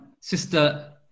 sister